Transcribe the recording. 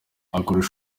akorera